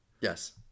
Yes